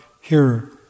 hearer